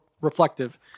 reflective